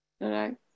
Right